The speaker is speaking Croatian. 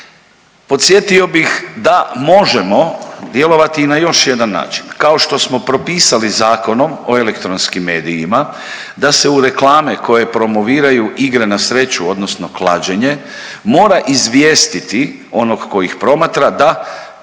Podsjetio bih da možemo djelovati i na još jedan način. Kao što smo propisali Zakonom o elektronskim medijima da se u reklame koje promoviraju igre na sreću odnosno klađenje mora izvijestiti onog ko ih promatra da